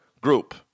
group